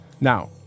Now